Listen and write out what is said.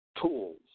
tools